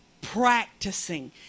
practicing